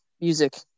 music